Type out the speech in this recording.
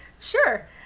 Sure